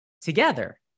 together